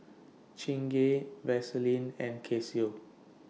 Chingay Vaseline and Casio